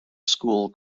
school